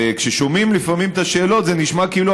כששומעים לפעמים את השאלות זה נשמע כאילו